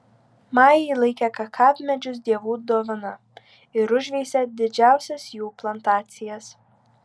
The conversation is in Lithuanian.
majai laikė kakavmedžius dievų dovana ir užveisė didžiausias jų plantacijas